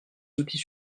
outils